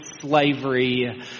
slavery